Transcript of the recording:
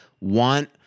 want